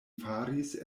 faris